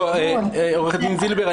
עורכת הדין זילבר,